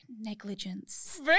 negligence